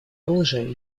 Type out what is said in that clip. оружия